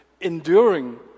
enduring